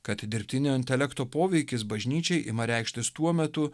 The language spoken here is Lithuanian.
kad dirbtinio intelekto poveikis bažnyčiai ima reikštis tuo metu